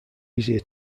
easier